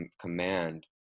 command